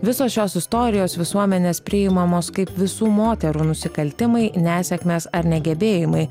visos šios istorijos visuomenės priimamos kaip visų moterų nusikaltimai nesėkmės ar negebėjimai